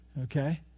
Okay